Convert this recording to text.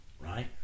Right